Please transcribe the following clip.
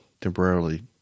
temporarily